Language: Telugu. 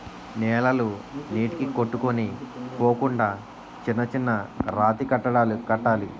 నేలలు నీటికి కొట్టుకొని పోకుండా చిన్న చిన్న రాతికట్టడాలు కట్టాలి